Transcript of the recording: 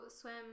swim